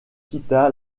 quitta